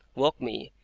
woke me,